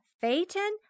phaeton